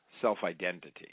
self-identity